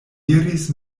iris